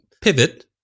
pivot